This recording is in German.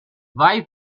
wei